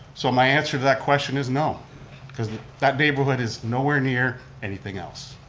so my answer that question is no cause that neighborhood is nowhere near anything else.